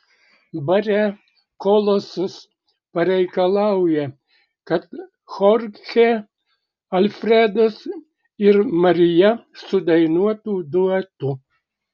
bare kolosas pareikalauja kad chorchė alfredas ir marija sudainuotų duetu